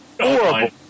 horrible